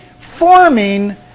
forming